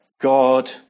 God